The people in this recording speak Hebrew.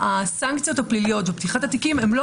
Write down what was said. הסנקציות הפליליות או פתיחת התיקים הם לא